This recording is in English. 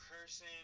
Person